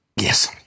Yes